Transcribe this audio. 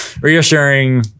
reassuring